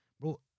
Bro